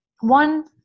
one